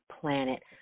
planet